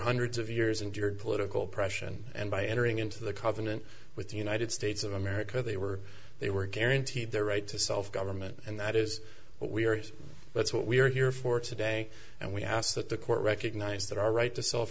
hundreds of years injured political pressure and by entering into the covenant with the united states of america they were they were guaranteed their right to self government and that is what we are that's what we are here for today and we ask that the court recognize that our right to self